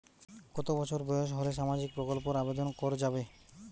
কত বছর বয়স হলে সামাজিক প্রকল্পর আবেদন করযাবে?